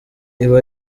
ibi